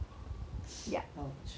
so they stitched